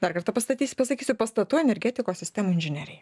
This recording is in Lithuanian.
dar kartą pastatys pasakysiu pastatų energetikos sistemų inžineriją